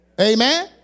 Amen